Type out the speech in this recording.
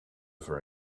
for